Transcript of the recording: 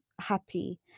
happy